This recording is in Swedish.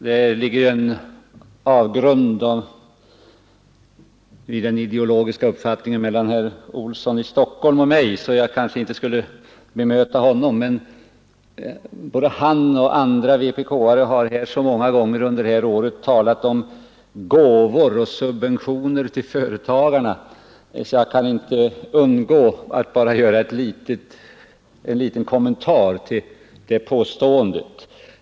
Det ligger en avgrund mellan herr Olsson i Stockholm och mig i fråga om ideologisk uppfattning, så jag borde kanske inte försöka bemöta honom, men både han och andra vpk-are har här så många gånger under året talat om ”gåvor och subventioner” till företagarna, att jag inte kan undgå att göra en liten kommentar till detta påstående.